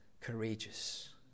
courageous